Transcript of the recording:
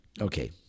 Okay